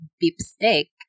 beefsteak